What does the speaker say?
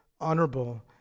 honorable